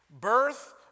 birth